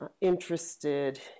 interested